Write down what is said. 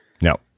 No